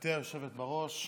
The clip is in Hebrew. גברתי היושבת-ראש.